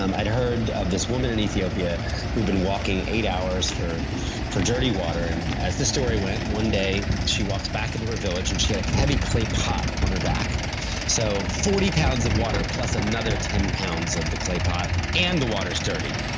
um i'd heard of this woman in ethiopia who had been walking eight hours for for dirty water. and as as the story went, one day she walked back into her village and she had a heavy clay pot on her back so, forty pounds of water plus another ten pounds of the clay pot and the water is dirty.